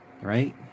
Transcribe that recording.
Right